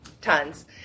tons